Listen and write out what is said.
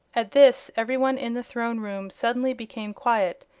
at this everyone in the throne room suddenly became quiet,